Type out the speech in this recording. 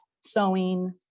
sewing